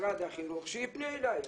משרד החינוך שיפנה אלי.